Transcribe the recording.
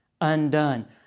undone